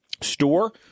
store